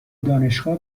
دانشگاه